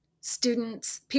students